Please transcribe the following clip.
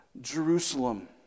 Jerusalem